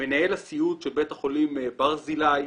מנהל הסיעוד של בית החולים ברזילי,